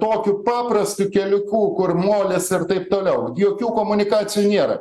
tokiu paprastu keliuku kur molis ir taip toliau jokių komunikacijų nėra